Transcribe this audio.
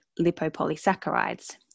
lipopolysaccharides